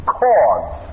cause